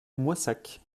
moissac